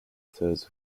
thirds